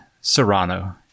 Serrano